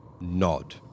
nod